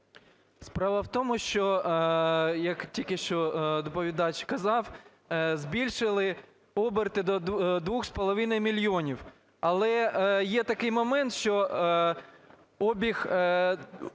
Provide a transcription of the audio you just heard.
Справа в тому, що, як тільки що доповідачі казав, збільшили оберти до 2,5 мільйона. Але є такий момент, що обіг